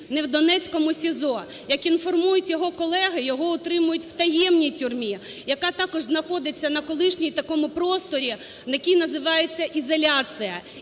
не в Донецькому СІЗО, як інформують його колеги, його утримують в таємній тюрмі, яка також знаходиться на колишньому такому просторі, який називається ізоляція.